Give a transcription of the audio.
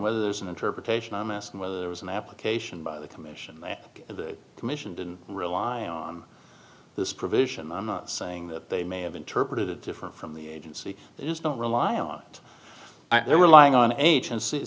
whether there's an interpretation i'm asking whether there was an application by the commission of the commission didn't rely on this provision saying that they may have interpreted it different from the agency they just don't rely on it they were lying on agency